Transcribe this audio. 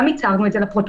וגם הצהרנו את זה לפרוטוקול,